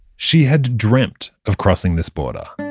she had dreamt of crossing this border.